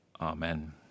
amen